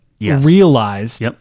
realized